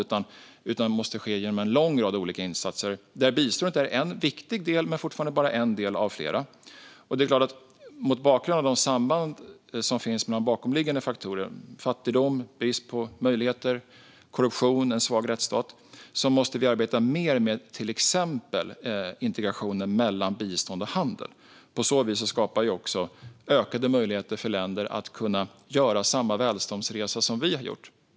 Det måste göras genom en lång rad olika insatser, där biståndet är en viktig del men fortfarande bara en del av flera. Mot bakgrund av de samband som finns med bakomliggande faktorer - fattigdom, brist på möjligheter, korruption och en svag rättsstat - måste vi arbeta mer med till exempel integrationen av bistånd och handel. På så vis skapar vi också ökade möjligheter för länder att göra samma välståndsresa som vi har gjort.